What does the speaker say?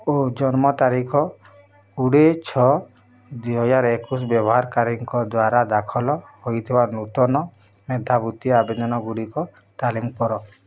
ଓ ଜନ୍ମ ତାରିଖ କୁଡ଼ିଏ ଛଅ ଦୁଇ ହଜାର ଏକୋଊଶ୍ ବ୍ୟବହାରକାରୀଙ୍କ ଦ୍ଵାରା ଦାଖଲ ହୋଇଥିବା ନୂତନ ମେଧାବୃତ୍ତି ଆବେଦନଗୁଡ଼ିକ ତାଲିମ୍ କର